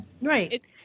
Right